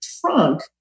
trunk